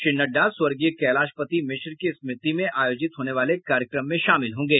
श्री नड़डा स्वर्गीय कैलाशपति मिश्र की स्मृति में आयोजित होने वाले कार्यक्रम में शामिल होंगे